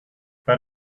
but